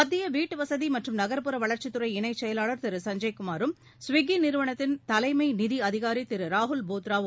மத்திய வீட்டு வசதி மற்றும் நகர்ப்புற வளர்ச்சித்துறை இணைச் செயலாளர் திரு சஞ்சய் குமாரும் ஸ்விக்கி நிறுவனத்தின் தலைமை நிதி அதிகாரி திரு ராகுல் போத்ராவும்